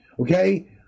Okay